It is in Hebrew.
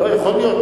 לא, יכול להיות.